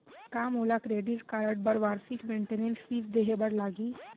का मोला credit card बर वार्षिक मेंटेनेंस फीस देहे बर लागही?